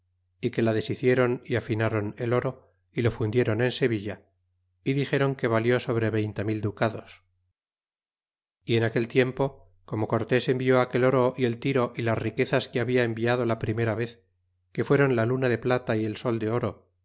y que la deshicieron y afináron el oro y lo fundieron en sevilla é dixeron que valió sobre veinte mil ducados y en aquel tiempo como cortés envió aquel oro y el tiro y las riquezas que habla enviado la primera vez que fueron la luna de plata y el sol de oro